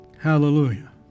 Hallelujah